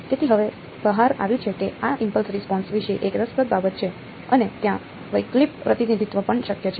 તેથી હવે બહાર આવ્યું છે કે આ ઇમ્પલ્સ રિસ્પોન્સ વિશે એક રસપ્રદ બાબત છે અને ત્યાં વૈકલ્પિક પ્રતિનિધિત્વ પણ શક્ય છે